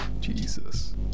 Jesus